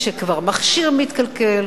כשכבר מכשיר מתקלקל,